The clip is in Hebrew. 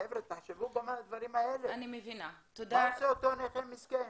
חבר'ה, תחשבו מה יעשה אותו נכה מסכן?